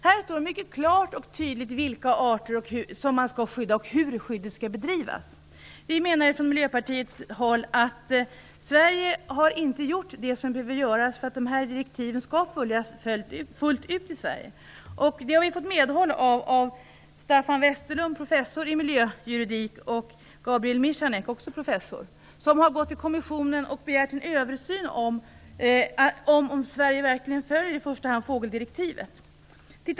Här står det mycket klart och tydligt vilka arter man skall skydda och hur skyddet skall bedrivas. Vi i Miljöpartiet menar att Sverige inte har gjort det som behöver göras för att dessa direktiv skall följas fullt ut i Sverige. Vi har fått medhåll i det av Staffan Westerlund som är professor i miljöjuridik och av Gabriel Michanek som också är professor. De har gått till kommissionen och begärt en översyn av om Sverige verkligen följer i första hand fågeldirektivet.